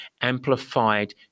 amplified